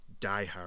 diehard